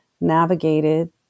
navigated